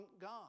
God